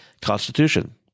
Constitution